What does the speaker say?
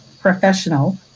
professional